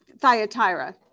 Thyatira